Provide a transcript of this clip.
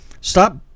Stop